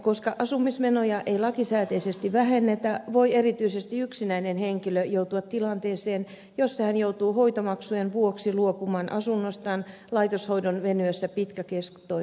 koska asumismenoja ei lakisääteisesti vähennetä voi erityisesti yksinäinen henkilö joutua tilanteeseen jossa hän joutuu hoitomaksujen vuoksi luopumaan asunnostaan laitoshoidon venyessä pitkäkestoiseksi